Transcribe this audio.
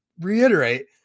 reiterate